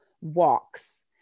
walks